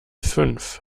fünf